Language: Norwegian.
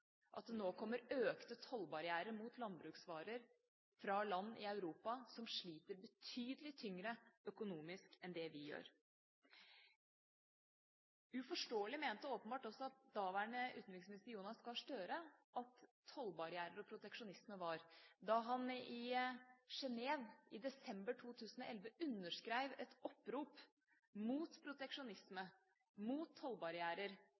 at det nå kommer økte tollbarrierer mot landbruksvarer fra land i Europa som sliter betydelig tyngre økonomisk enn det vi gjør. Uforståelig mente også åpenbart daværende utenriksminister Jonas Gahr Støre at tollbarrierer og proteksjonisme var, da han i Genève i desember 2011 underskrev et opprop mot proteksjonisme, mot tollbarrierer,